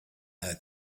her